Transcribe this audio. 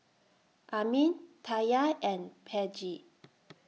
Armin Taya and Peggie